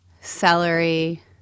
celery